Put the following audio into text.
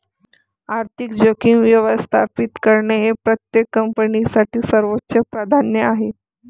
आर्थिक जोखीम व्यवस्थापित करणे हे प्रत्येक कंपनीसाठी सर्वोच्च प्राधान्य आहे